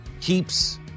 keeps